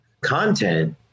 content